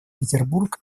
петербург